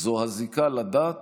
הזיקה לדת